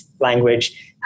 language